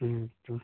ᱛᱚ